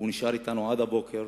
הוא נשאר אתנו עד הבוקר,